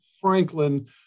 Franklin